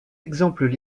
exemples